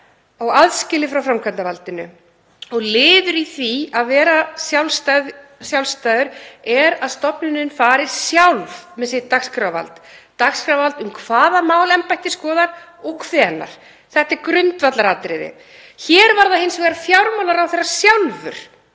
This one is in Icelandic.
og aðskilið frá framkvæmdarvaldinu. Liður í því að vera sjálfstæð er að stofnunin fari sjálf með sér dagskrárvald um hvaða mál embættið skoðar og hvenær. Þetta er grundvallaratriði. Hér var það hins vegar fjármálaráðherra sjálfur